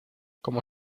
como